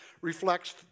reflects